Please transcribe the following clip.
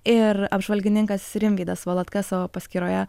ir apžvalgininkas rimvydas valatka savo paskyroje